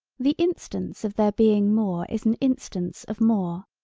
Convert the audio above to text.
the instance of there being more is an instance of more.